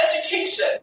education